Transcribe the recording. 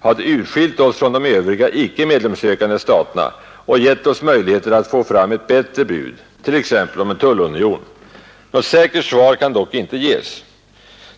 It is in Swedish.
hade utskilt oss från de övriga icke medlemskapssökande staterna och gett oss möjligheter att få fram ett bättre bud, t.ex. om en tullunion. Något säkert svar kan dock inte ges.